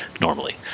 normally